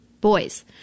boys